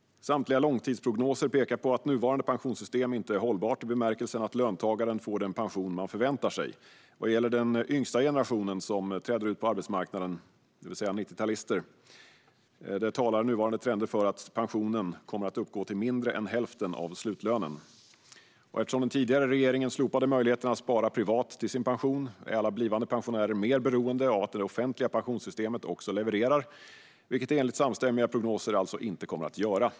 Samtliga långtidsprognoser pekar på att nuvarande pensionssystem inte är hållbart i bemärkelsen att löntagaren får den pension man förväntar sig. Vad gäller den yngsta generationen som träder ut på arbetsmarknaden nu, det vill säga 90-talisterna, talar nuvarande trender för att pensionen kommer att uppgå till mindre än hälften av slutlönen. Eftersom den tidigare regeringen slopade möjligheten att spara privat till sin pension är alla blivande pensionärer mer beroende av att det offentliga pensionssystemet också levererar, vilket det enligt samstämmiga prognoser alltså inte kommer att göra.